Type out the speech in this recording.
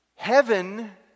Heaven